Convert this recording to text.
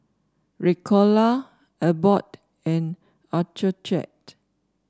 Ricola Abbott and Accucheck